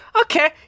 Okay